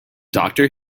doctor